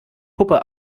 puppe